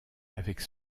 avec